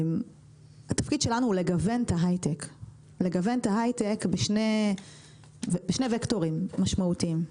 התפקיד שלנו הוא לגוון את ההייטק בשני וקטורים משמעותיים.